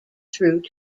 through